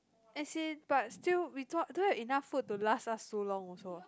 as in but still we thought don't have enough food to last last so long also ah